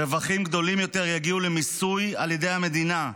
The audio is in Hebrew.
רווחים גדולים יותר יגיעו למיסוי על ידי המדינה,